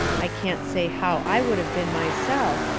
i can't say how i would of been myself,